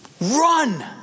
Run